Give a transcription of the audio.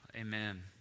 Amen